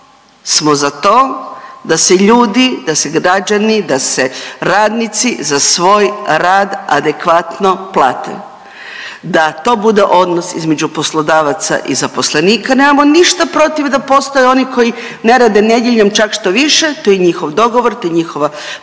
smo za to da se ljudi, da se građani da se radnici za svoj rad adekvatno plate, da to bude odnos između poslodavaca i zaposlenika. Nemamo ništa protiv da postoje oni koji ne rade nedjeljom, čak štoviše to je njihov dogovor, to je njihova politika.